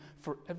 forever